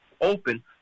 open